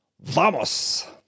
Vamos